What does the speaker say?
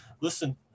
listen